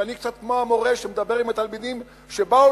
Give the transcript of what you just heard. ואני קצת כמו המורה שמדבר עם התלמידים שבאו